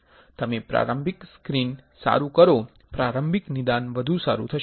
તમે પ્રારંભિક સ્ક્રીન સારુ કરો પ્રારંભિક નિદાન વધુ સારું થશે